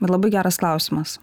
ir labai geras klausimas